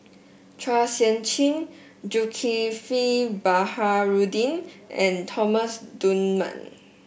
Chua Sian Chin Zulkifli Baharudin and Thomas Dunman